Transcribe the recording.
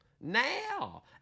now